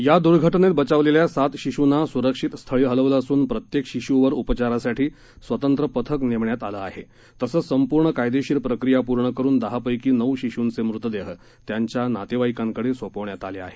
या दूर्घटनेत बचावलेल्या सात शिशूंना सुरक्षित स्थळी हलवलं असून प्रत्येक शिशूवर उपचारासाठी स्वतंत्र पथक नेमण्यात आलं आहे तसंच संपूर्ण कायदेशीर प्रक्रिया पूर्ण करून दहापैकी नऊ शिशूंचे मृतदेह त्यांच्या नातेवाईकांकडे सोपवण्यात आले आहेत